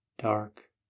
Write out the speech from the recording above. dark